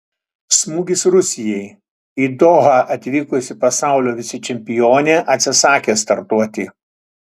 smūgis rusijai į dohą atvykusi pasaulio vicečempionė atsisakė startuoti